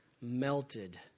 melted